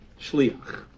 shliach